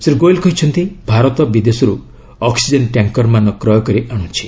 ଶ୍ରୀ ଗୋଏଲ କହିଛନ୍ତି ଭାରତ ବିଦେଶରୁ oxygen tanker ମାନ କ୍ରୟ କରି ଆଣୁଛି